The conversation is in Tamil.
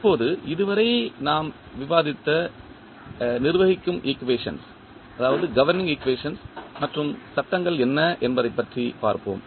இப்போது இதுவரை நாம் விவாதித்த நிர்வகிக்கும் ஈக்குவேஷன்கள் மற்றும் சட்டங்கள் என்ன என்பதைப் பற்றி பார்ப்போம்